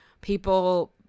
people